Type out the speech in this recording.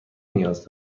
نیاز